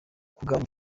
kugabana